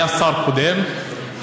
וברור שרוב האוכלוסייה היא יהודית,